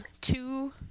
Two